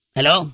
Hello